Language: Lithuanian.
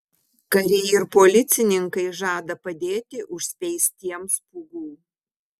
kariai ir policininkai žada padėti užspeistiems pūgų